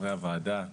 חברי הוועדה,